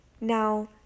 now